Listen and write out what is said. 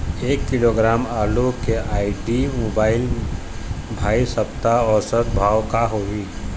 एक किलोग्राम आलू के आईडी, मोबाइल, भाई सप्ता औसत भाव का होही?